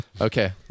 Okay